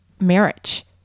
marriage